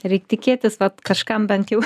reik tikėtis vat kažkam bent jau